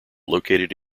located